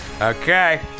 Okay